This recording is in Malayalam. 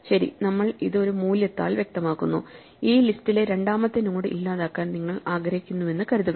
ശരി നമ്മൾ ഇത് ഒരു മൂല്യത്താൽ വ്യക്തമാക്കുന്നു ഈ ലിസ്റ്റിലെ രണ്ടാമത്തെ നോഡ് ഇല്ലാതാക്കാൻ നിങ്ങൾ ആഗ്രഹിക്കുന്നുവെന്ന് കരുതുക